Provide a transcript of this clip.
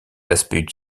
aspect